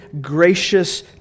gracious